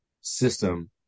system